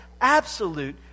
absolute